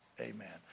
Amen